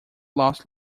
lost